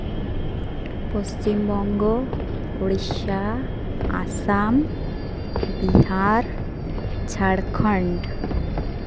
Paschimbanga Odisha Assam Bihar Jharkhand